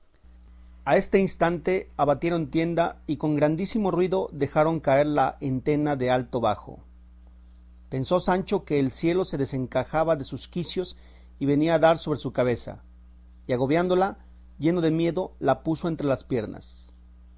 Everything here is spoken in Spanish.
a este instante abatieron tienda y con grandísimo ruido dejaron caer la entena de alto abajo pensó sancho que el cielo se desencajaba de sus quicios y venía a dar sobre su cabeza y agobiándola lleno de miedo la puso entre las piernas